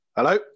Hello